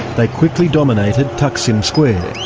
they quickly dominated taksim square.